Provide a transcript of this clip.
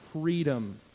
freedom